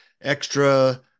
extra